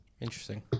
Interesting